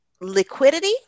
liquidity